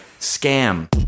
scam